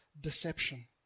deception